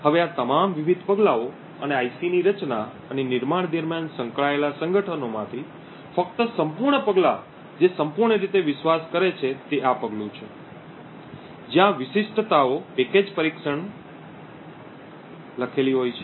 હવે આ તમામ વિવિધ પગલાંઓ અને આઇસીની રચના અને નિર્માણ દરમિયાન સંકળાયેલા સંગઠનોમાંથી ફક્ત સંપૂર્ણ પગલા જે સંપૂર્ણ રીતે વિશ્વાસ કરે છે તે આ પગલું છે જ્યાં વિશિષ્ટતાઓ પેકેજ પરીક્ષણ લખેલી હોય છે